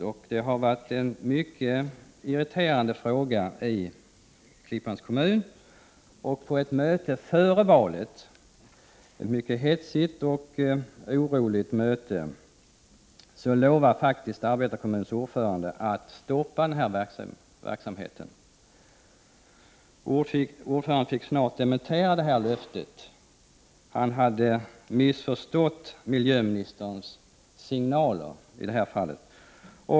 Denna fråga har skapat mycken irritation i Klippans kommun, och på ett möte före valet, som var mycket hetsigt och oroligt, lovade arbetarkommunens ordförande att stoppa denna verksamhet. Ordföranden fick snart dementera löftet — han hade missförstått miljöministerns signaler i detta fall.